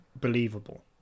believable